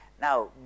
Now